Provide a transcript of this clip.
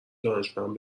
دانشمند